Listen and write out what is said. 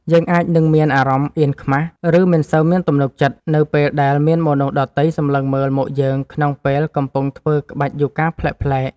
យើងអាចនឹងមានអារម្មណ៍អៀនខ្មាស ឬមិនសូវមានទំនុកចិត្តនៅពេលដែលមានមនុស្សដទៃសម្លឹងមើលមកយើងក្នុងពេលកំពុងធ្វើក្បាច់យូហ្គាប្លែកៗ។